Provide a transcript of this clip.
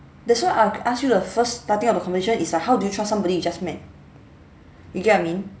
that's why I ask you the first starting of the conversation is like how do you trust somebody you just met you get what I mean